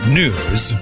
news